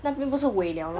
那边不是尾 liao lor